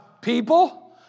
people